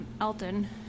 Elton